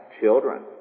children